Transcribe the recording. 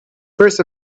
first